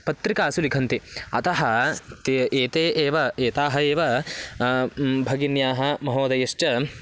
पत्रिकासु लिखन्ति अतः ते एते एव एताः एव भगिन्यः महोदयश्च